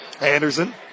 Anderson